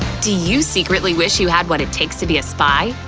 do you secretly wish you had what it takes to be a spy?